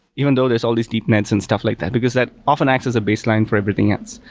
even though there's all these deep nets and stuff like that, because that often acts as a baseline for everything else.